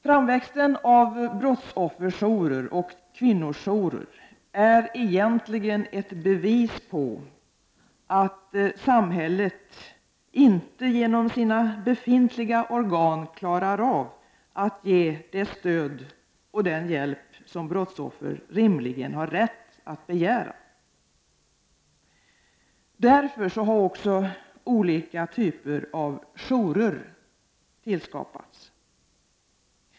Framväxten av brottsofferjourer och kvinnojourer är egentligen ett bevis på att samhället genom befintliga organ inte klarar av att ge det stöd och den hjälp som brottsoffer rimligen har rätt att begära. Därför har olika typer av jourer skapats.